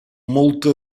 molta